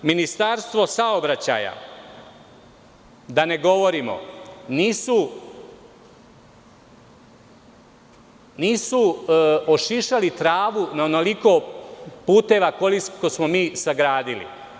Ministarstvo saobraćaja, da ne govorimo, nisu ošišali travu na onoliko puteva koliko smo mi sagradili.